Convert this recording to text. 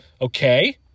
Okay